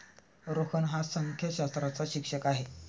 रोहन हा संख्याशास्त्राचा शिक्षक आहे